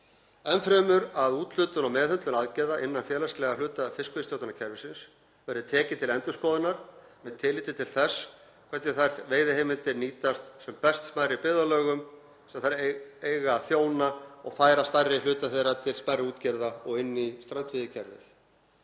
Enn fremur að úthlutun og meðhöndlun aðgerða innan félagslega hluta fiskveiðistjórnarkerfisins verði tekin til endurskoðunar með tilliti til þess hvernig þær veiðiheimildir nýtast sem best smærri byggðarlögum sem þær eiga að þjóna og færa stærri hluta þeirra til smærri útgerða og inn í strandveiðikerfið.